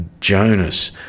Jonas